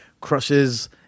crushes